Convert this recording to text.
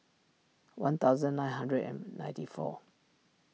one thousand nine hundred and ninety four